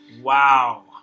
wow